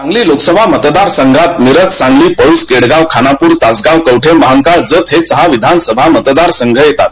सांगली लोकसभा मतदार संघात मिरजसांगलीपळूस केडगांव खानापूर तासगांव कवढे महांकाळजत या सहा विधानसभा मतदार संघ येतात